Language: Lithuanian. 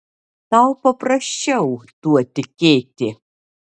tau paprasčiau tuo tikėti